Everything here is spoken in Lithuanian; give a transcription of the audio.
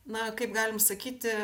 na kaip galim sakyti